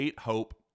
Hope